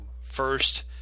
first